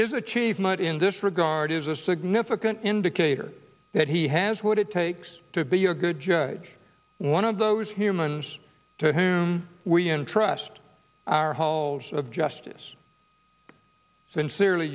his achievement in this regard is a significant indicator that he has what it takes to be a good judge one of those humans to whom we entrust our halls of justice sincerely